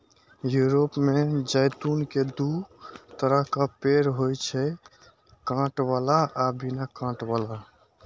Europe मे जैतून के दू तरहक पेड़ होइ छै, कांट बला आ बिना कांट बला